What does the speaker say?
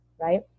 right